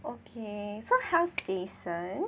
okay so how's Jason